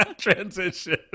transition